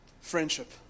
friendship